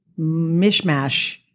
mishmash